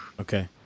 Okay